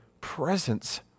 presence